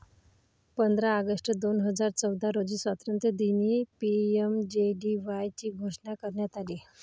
पंधरा ऑगस्ट दोन हजार चौदा रोजी स्वातंत्र्यदिनी पी.एम.जे.डी.वाय ची घोषणा करण्यात आली